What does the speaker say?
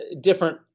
different